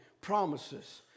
promises